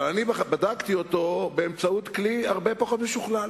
אבל אני בדקתי אותו באמצעות כלי הרבה פחות משוכלל,